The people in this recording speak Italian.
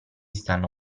stanno